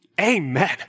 Amen